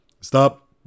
stop